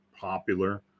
popular